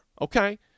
Okay